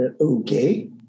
Okay